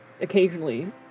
occasionally